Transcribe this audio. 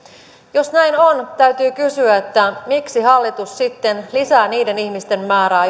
jos näin on täytyy kysyä miksi hallitus sitten lisää niiden ihmisten määrää